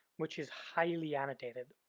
which is highly annotated.